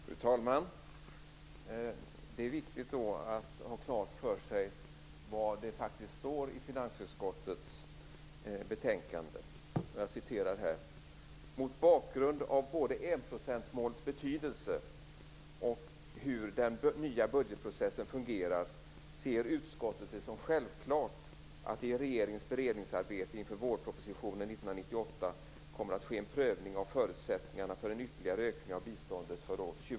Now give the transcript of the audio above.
Fru talman! Det är viktigt att ha klart för sig vad det faktiskt står i finansutskottets betänkande. Jag citerar här: "Mot bakgrund av både enprocentsmålets betydelse och hur den nya budgetprocessen fungerar ser utskottet det som självklart att det i regeringens beredningsarbete inför vårpropositionen 1998 kommer att ske en prövning av förutsättningarna för en ytterligare ökning av biståndet för år 2001.